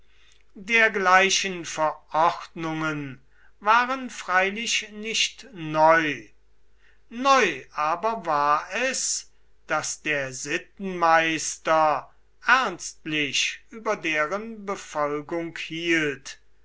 dergleichen verordnungen waren freilich nicht neu neu aber war es daß der sittenmeister ernstlich über deren befolgung hielt